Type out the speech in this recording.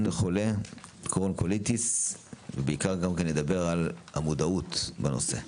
לחולי קרוהן וקוליטיס ובעיקר נדבר על המודעות לנושא.